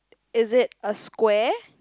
is it a square